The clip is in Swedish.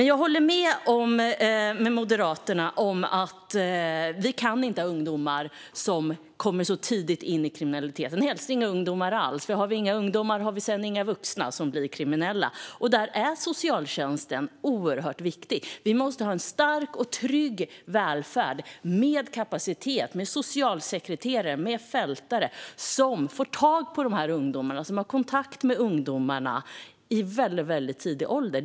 Jag håller med Moderaterna om att vi inte kan ha ungdomar som kommer in i kriminalitet så tidigt, helst inga ungdomar alls, för har vi inga ungdomar som är kriminella har vi sedan inga vuxna som blir kriminella. Där är socialtjänsten oerhört viktig. Vi måste ha en stark och trygg välfärd med kapacitet, med socialsekreterare och fältare som får tag i och har kontakt med de här ungdomarna i väldigt tidig ålder.